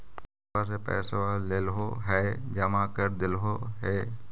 बैंकवा से पैसवा लेलहो है जमा कर देलहो हे?